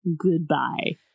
goodbye